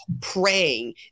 praying